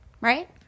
right